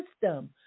system